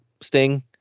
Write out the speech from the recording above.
Sting